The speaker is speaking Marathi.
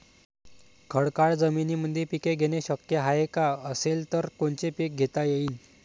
खडकाळ जमीनीमंदी पिके घेणे शक्य हाये का? असेल तर कोनचे पीक घेता येईन?